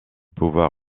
pouvoir